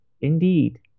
indeed